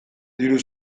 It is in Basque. diru